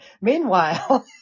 Meanwhile